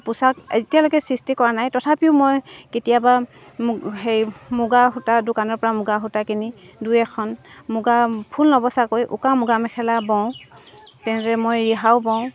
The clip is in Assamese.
পোছাক এতিয়ালৈকে সৃষ্টি কৰা নাই তথাপিও মই কেতিয়াবা মু হেৰি মুগা সূতা দোকানৰ পৰা মুগা সূতা কিনি দুই এখন মুগা ফুল নবচাকৈ উকা মুগা মেখেলা বওঁ তেনেদৰে মই ৰিহাও বওঁ